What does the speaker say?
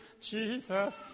Jesus